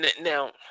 Now